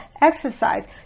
exercise